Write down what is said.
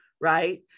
right